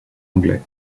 anglais